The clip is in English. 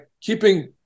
keeping